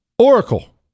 Oracle